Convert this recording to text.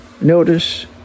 Notice